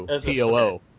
T-O-O